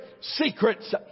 secrets